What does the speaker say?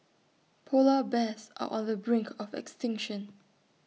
Polar Bears are on the brink of extinction